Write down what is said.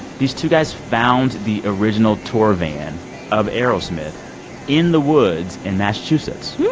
these two guys found the original tour van of aerosmith in the woods in massachusetts. yeah